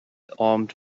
armed